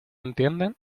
entienden